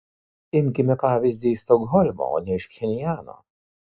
imkime pavyzdį iš stokholmo o ne iš pchenjano